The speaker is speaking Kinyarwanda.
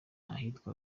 ahitwa